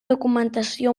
documentació